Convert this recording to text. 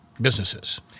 businesses